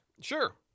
Sure